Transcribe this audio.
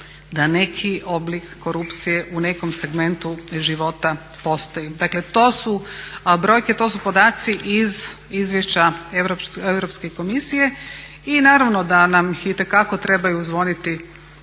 da neki oblik korupcije u nekom segmentu života postoji. Dakle to su brojke i podaci iz izvješća Europske komisije i naravno da nam itekako trebaju zvoniti